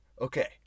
Okay